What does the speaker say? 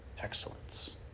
excellence